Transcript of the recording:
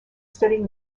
studying